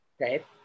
Right